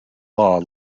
law